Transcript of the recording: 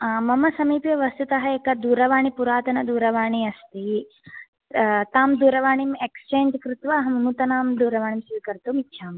आ मम समीपे वस्तुतः एका दूरवाणी पुरातनदूरवाणी अस्ति तां दूरवाणीम् एक्स्चेञ्ज् कृत्वा अहं नूतनां दूरवाणीं स्वीकर्तुमिच्छामि